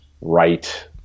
Right